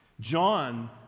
John